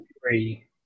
three